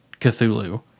Cthulhu